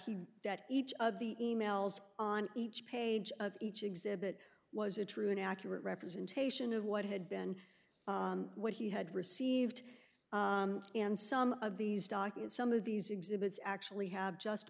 he that each of the e mails on each page of each exhibit was a true and accurate representation of what had been what he had received and some of these documents some of these exhibits actually have just